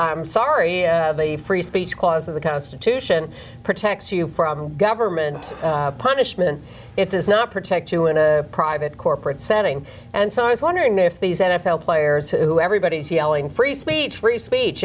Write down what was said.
i'm sorry i have a free speech cause of the constitution protects you from government punishment it does not protect you in a private corporate setting and so i was wondering if these n f l players who everybody is yelling free speech free speech